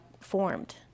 formed